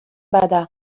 bada